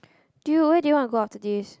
dude where do you want to go after this